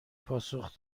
پاسخ